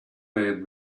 man